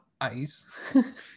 ice